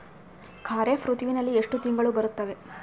ಖಾರೇಫ್ ಋತುವಿನಲ್ಲಿ ಎಷ್ಟು ತಿಂಗಳು ಬರುತ್ತವೆ?